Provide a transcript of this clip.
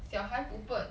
小孩不笨